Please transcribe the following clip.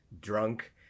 drunk